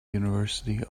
university